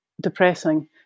depressing